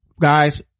guys